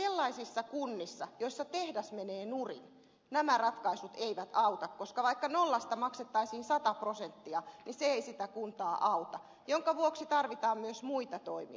mutta sellaisissa kunnissa joissa tehdas menee nurin nämä ratkaisut eivät auta koska vaikka nollasta maksettaisiin sata prosenttia niin se ei sitä kuntaa auta minkä vuoksi tarvitaan myös muita toimia